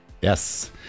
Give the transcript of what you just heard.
Yes